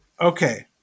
okay